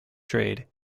trade